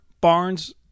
Barnes